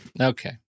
Okay